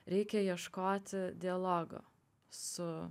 reikia ieškoti dialogo su